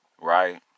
right